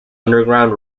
underground